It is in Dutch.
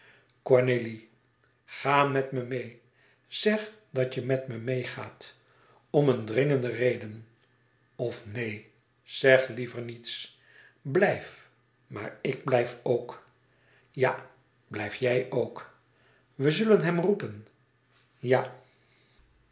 cornélie ga met me meê zeg dat je met me meêgaat om een dringende reden o neen zeg liever niets blijf maar ik blijf ook ja blijf jij ook we zullen hem roepen ja